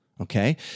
okay